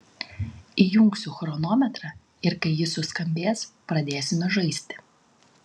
įjungsiu chronometrą ir kai jis suskambės pradėsime žaisti